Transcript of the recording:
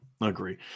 Agree